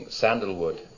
sandalwood